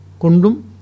Kundum